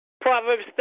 Proverbs